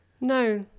No